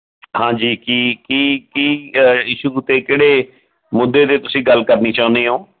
ਹਾਂਜੀ ਕੀ ਕੀ ਕੀ ਇਸ਼ੂ 'ਤੇ ਕਿਹੜੇ ਮੁੱਦੇ 'ਤੇ ਤੁਸੀਂ ਗੱਲ ਕਰਨੀ ਚਾਹੁੰਦੇ ਹੋ